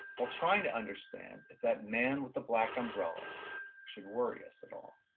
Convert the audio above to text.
while trying to understand if that man with the black umbrella should worry us at all.